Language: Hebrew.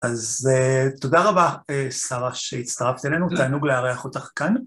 אז אה.. תודה רבה אה.. שרה, שהצטרפת אלינו, תענוג לארח אותך כאן.